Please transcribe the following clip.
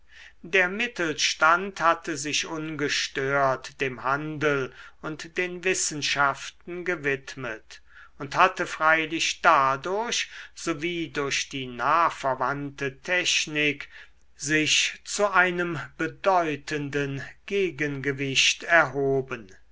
der mittelstand hatte sich ungestört dem handel und den wissenschaften gewidmet und hatte freilich dadurch sowie durch die nahverwandte technik sich zu einem bedeutenden gegengewicht erhoben